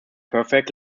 perfect